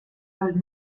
all